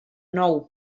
nou